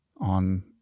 on